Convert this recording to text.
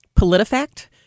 PolitiFact